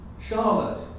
Charlotte